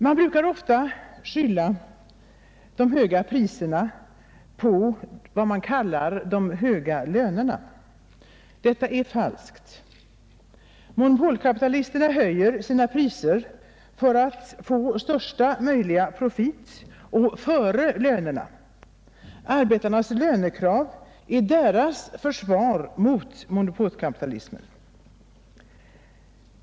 Man brukar skylla de höga priserna på vad man kallar de höga lönerna. Detta är falskt. Monopolkapitalisterna höjer sina priser för att få största möjliga profit och före höjningen av lönerna. Arbetarnas lönekrav är deras försvar mot monopolkapitalismen.